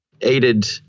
aided